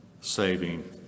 saving